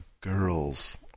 girls